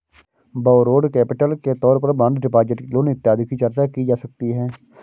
borrowed capital के तौर पर बॉन्ड डिपॉजिट लोन इत्यादि की चर्चा की जा सकती है